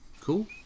cool